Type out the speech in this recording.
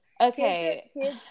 Okay